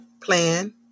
plan